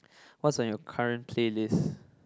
what's on your current playlist